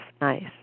Nice